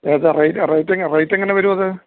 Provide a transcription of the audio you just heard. എത്ര റേറ്റെങ്ങനെ വരും അത്